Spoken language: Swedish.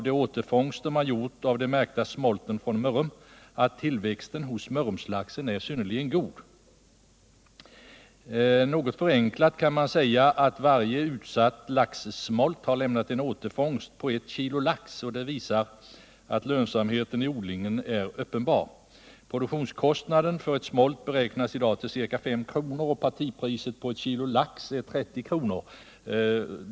De återfångster som man gjort av de märkta smolten från Mörrum har ju visat att tillväxten hos Mörrumslaxen är synnerligen god. Något förenklat kan man säga att varje utsatt laxsmolt har lämnat en återfångst av 1 kg lax. Detta visar att lönsamheten i odlingen är uppenbar. Produktionskostnaden för ett smolt beräknas i dag till ca 5 kr., och partipriset på I kg. lax är 30 kr.